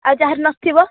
ଆଉ ଯାହାର ନଥିବ